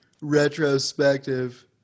retrospective